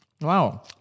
Wow